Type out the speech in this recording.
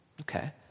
Okay